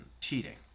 Cheating